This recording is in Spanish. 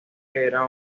era